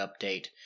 update